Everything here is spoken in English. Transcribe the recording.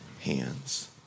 hands